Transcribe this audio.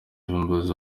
umuyobozi